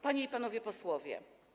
Panie i Panowie Posłowie!